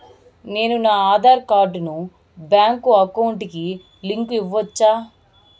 నేను నా ఆధార్ కార్డును బ్యాంకు అకౌంట్ కి లింకు ఇవ్వొచ్చా?